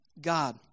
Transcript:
God